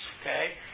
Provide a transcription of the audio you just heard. okay